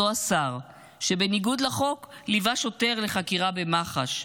אותו השר שבניגוד לחוק ליווה שוטר לחקירה במח"ש.